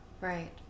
Right